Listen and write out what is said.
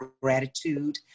gratitude